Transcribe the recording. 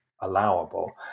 allowable